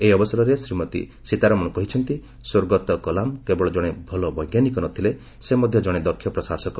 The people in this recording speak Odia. ଏହି ଅବସରରେ ଶ୍ୱୀମତୀ ସୀତାରମଣ କହିଛନ୍ତି ସ୍ୱର୍ଗତ କଲାମ କେବଳ ଜଣେ ଭଲ ବୈଜ୍ଞାନିକ ନଥିଲେ ସେ ମଧ୍ୟ ଜଣେ ଦକ୍ଷ ପ୍ରଶାସକ